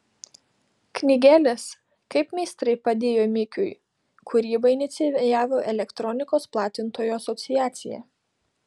knygelės kaip meistrai padėjo mikiui kūrybą inicijavo elektronikos platintojų asociacija